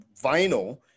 vinyl